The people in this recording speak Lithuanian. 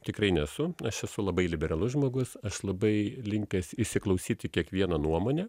tikrai nesu aš esu labai liberalus žmogus aš labai linkęs įsiklausyti į kiekvieną nuomonę